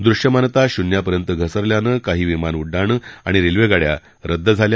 दृश्यमानता शून्यापर्यंत घसरल्यानं काही विमान उड्डाणं आणि रेल्वेगाड्या रद्द झाल्या